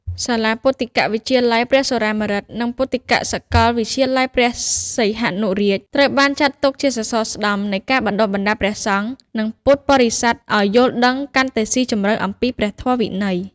សាលាពុទ្ធិកវិទ្យាល័យព្រះសុរាម្រិត និងពុទ្ធិកសាកលវិទ្យាល័យព្រះសីហនុរាជ ត្រូវបានចាត់ទុកជាសសរស្តម្ភនៃការបណ្តុះបណ្តាលព្រះសង្ឃ និងពុទ្ធបរិស័ទឱ្យយល់ដឹងកាន់តែស៊ីជម្រៅអំពីព្រះធម៌វិន័យ។